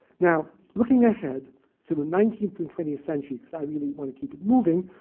now, looking ahead to the nineteenth and twentieth century, because i really want to keep it moving,